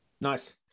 Nice